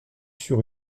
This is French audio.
sur